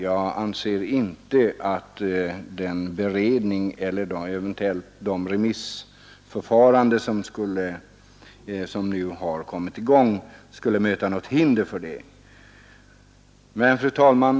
Jag anser inte att den beredning och det remissförfarande som nu har kommit i gång skulle lägga något hinder i vägen för det. Fru talman!